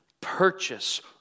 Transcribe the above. purchase